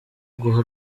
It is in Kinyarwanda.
guha